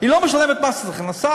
היא לא משלמת מס הכנסה?